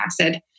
acid